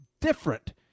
different